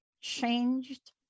changed